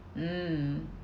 mm